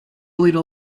leader